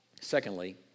Secondly